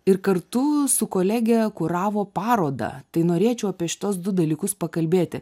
ir kartu su kolege kuravo parodą tai norėčiau apie šituos du dalykus pakalbėti